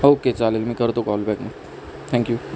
okay चालेल मी करतो कॉल बॅक मग थँक्यू